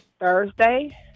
Thursday